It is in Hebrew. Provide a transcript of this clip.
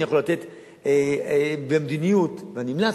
אני יכול לתת במדיניות, ואני המלצתי,